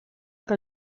que